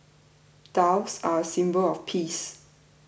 doves are a symbol of peace